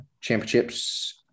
Championships